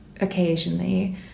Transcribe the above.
occasionally